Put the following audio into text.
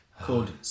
called